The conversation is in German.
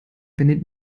wendet